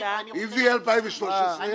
אם זה יהיה 2013?